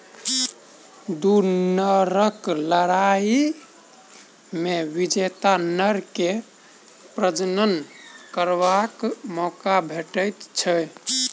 दू नरक लड़ाइ मे विजेता नर के प्रजनन करबाक मौका भेटैत छै